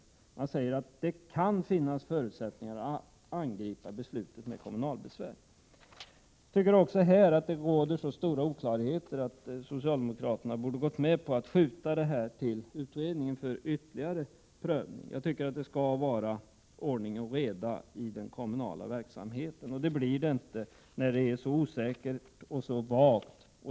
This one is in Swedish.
Man säger att det kan finnas förutsättningar att angripa beslutet med kommunalbesvär. Även på den här punkten råder det så pass stora oklarheter att socialdemokraterna borde ha gått med på att skjuta den här frågan till utredningen för ytterligare prövning. Jag tycker att det skall vara ordning och reda i den kommunala verksamheten, och det blir det inte när formuleringarna är så osäkra och vaga.